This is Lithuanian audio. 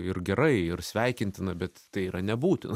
ir gerai ir sveikintina bet tai yra nebūtina